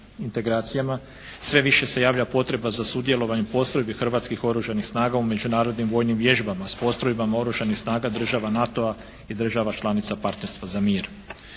integracijama sve više se javlja potreba za sudjelovanjem postrojbi Hrvatskih oružanih snaga u međunarodnim vojnim vježbama s postrojbama Oružanih snaga država NATO-a i država članica partnerstva za mir.